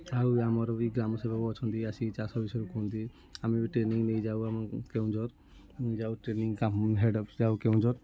ଆଉ ଆମର ବି ଗ୍ରାମ ସେବକ ଅଛନ୍ତି ଆସିକି ଚାଷ ବିଷୟରେ କୁହନ୍ତି ଆମେ ବି ଟ୍ରେନିଙ୍ଗ୍ ନେଇଯାଉ ଆମ କେଉଁଝର ଯାଉ ଟ୍ରେନିଙ୍ଗ୍ ହେଡ୍ ଅଫିସ୍ ଯାଉ କେଉଁଝର